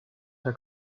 herr